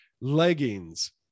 leggings